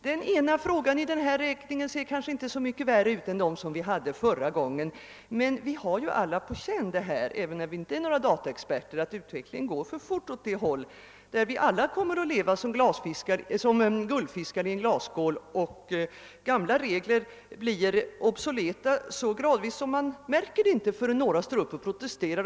De enskilda frågorna i den aktuella folkräkningen ser kanske inte så mycket betänkligare ut än de som ställdes förra gången, men många, även vi som inte är några dataexperter, har den känslan att utvecklingen går alltför snabbt mot det stadium när vår situation påminner om guldfiskens i glasskålen. Utvecklingen mot att tidigare gällande regler blir obsoleta sker gradvis och man lägger inte märke till vad som hänt förrän några börjar protestera.